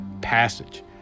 passage